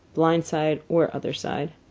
blind side or other side.